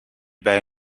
bij